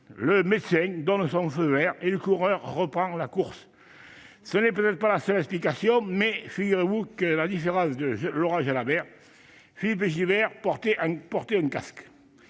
le médecin donna son feu vert, et le coureur reprit la course. Ce n'est peut-être pas la seule explication, mais figurez-vous que, à la différence de Laurent Jalabert, Philippe Gilbert portait un casque.